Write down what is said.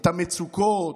את המצוקות,